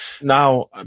Now